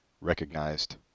recognized